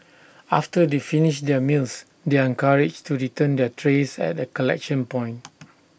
after they finish their meals they are encouraged to return their trays at A collection point